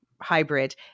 hybrid